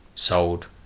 sold